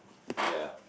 ya